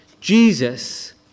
Jesus